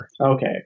Okay